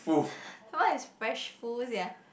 what is fresh food sia